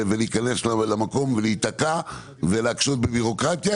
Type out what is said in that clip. להיכנס למקום ולהיתקע ולהקשות בבירוקרטיה